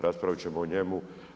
Raspravit ćemo o njemu.